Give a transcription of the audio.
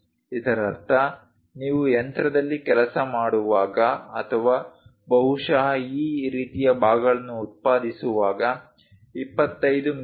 ಇದರರ್ಥ ನೀವು ಯಂತ್ರದಲ್ಲಿ ಕೆಲಸ ಮಾಡುವಾಗ ಅಥವಾ ಬಹುಶಃ ಈ ರೀತಿಯ ಭಾಗಗಳನ್ನು ಉತ್ಪಾದಿಸುವಾಗ 25 ಮಿ